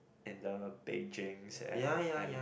in the Beijing and and